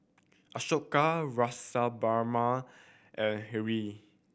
Ashoka Rasipuram and Hri